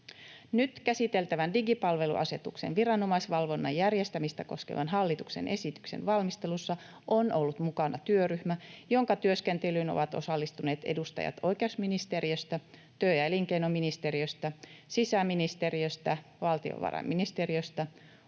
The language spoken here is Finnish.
Nyt käsiteltävän digipalveluasetuksen viranomaisvalvonnan järjestämistä koskevan hallituksen esityksen valmistelussa on ollut mukana työryhmä, jonka työskentelyyn ovat osallistuneet edustajat oikeusministeriöstä, työ- ja elinkeinoministeriöstä, sisäministeriöstä, valtiovarainministeriöstä,